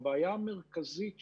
והבעיה המרכזית שלנו,